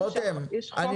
יש חוק שמסדיר.